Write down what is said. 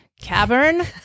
cavern